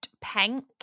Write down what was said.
pink